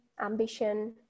ambition